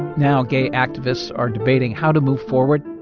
now gay activists are debating how to move forward